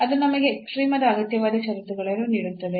ಅದು ನಮಗೆ ಎಕ್ಸ್ಟ್ರೀಮದ ಅಗತ್ಯವಾದ ಷರತ್ತುಗಳನ್ನು ನೀಡುತ್ತದೆ